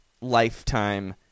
lifetime